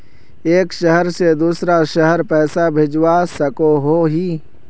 एक शहर से दूसरा शहर पैसा भेजवा सकोहो ही?